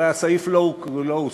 הרי הסעיף לא הוסר,